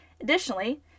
Additionally